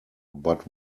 but